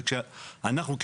כשאנחנו,